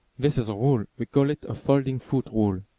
this is a rule, we call it a folding foot rule.